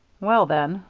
well, then,